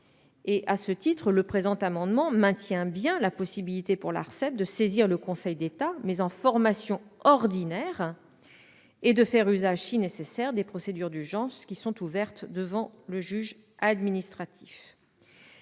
et, à ce titre, le présent amendement maintient bien la possibilité pour l'ARCEP de saisir le Conseil d'État, mais en formation ordinaire, et de faire usage, si nécessaire, des procédures d'urgence ouvertes devant le juge administratif.